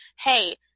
hey